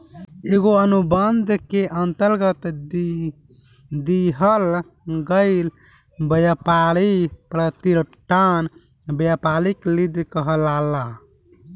एगो अनुबंध के अंतरगत दिहल गईल ब्यपारी प्रतिष्ठान ब्यपारिक लीज कहलाला